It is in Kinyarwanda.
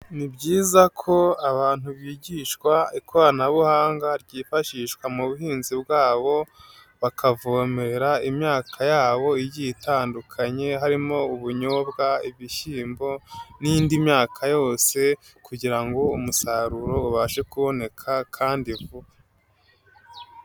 Ni byiza ko abantu bigishwa ikoranabuhanga ryifashishwa mu buhinzi bwabo, bakavomera imyaka yabo igiye itandukanye harimo ubunyobwa, ibishyimbo, n'indi myaka yose kugira ngo umusaruro ubashe kuboneka kandi vuba.